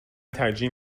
ترجیح